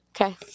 okay